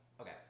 Okay